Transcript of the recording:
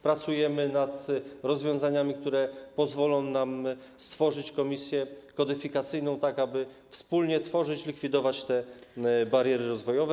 Pracujemy nad rozwiązaniami, które pozwolą nam stworzyć komisję kodyfikacyjną, tak aby wspólnie to tworzyć, likwidować te bariery rozwojowe.